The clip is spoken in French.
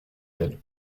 elle